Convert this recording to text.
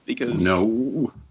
No